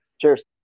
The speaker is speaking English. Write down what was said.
Cheers